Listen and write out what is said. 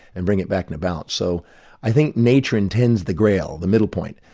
and bring it back and about. so i think nature intends the grail, the middle point.